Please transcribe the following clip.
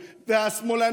כן, אמרה זאת